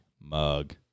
mug